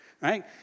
right